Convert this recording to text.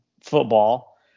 football